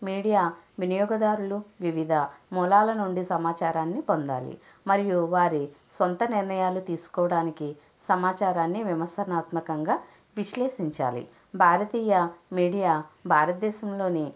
media వినియోగదారులు వివిధ మూలాల నుండి సమాచారాన్ని పొందాలి మరియు వారి సొంత నిర్ణయాలు తీసుకోవడానికి సమాచారాన్ని విమర్శనాత్మకంగా విశ్లేషించాలి భారతీయ మీడియా భారతదేశంలోని